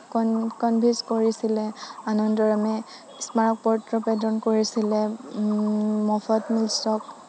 convince কৰিছিলে আনন্দৰামে স্মাৰক পত্ৰ প্ৰদান কৰিছিলে মফদ্মুছক